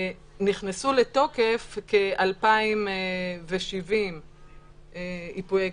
נכנסו לתוקף כ-2,070 ייפויי כוח.